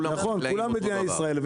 כל החקלאים אותו דבר.